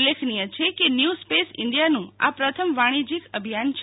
ઉલ્લેખનીય છે કે ન્યુ સોસ ઇન્ડિયાનું આ પ્રથમ વાણીજયીક અભિયાન છે